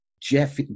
Jeff